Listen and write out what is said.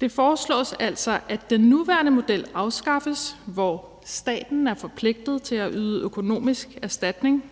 Det foreslås altså, at den nuværende model, hvor staten er forpligtet til at yde økonomisk erstatning